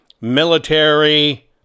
military